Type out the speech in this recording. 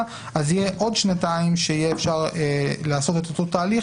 אז יהיו עוד שנתיים שיהיה אפשר לעשות את אותו תהליך,